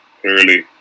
clearly